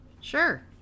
Sure